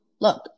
Look